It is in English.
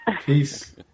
peace